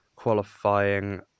qualifying